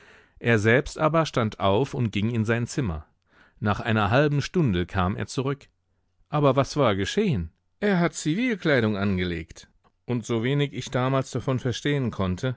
er selbst aber stand auf und ging in sein zimmer nach einer halben stunde kam er zurück aber was war geschehen er hat zivilkleidung angelegt und so wenig ich damals davon verstehen konnte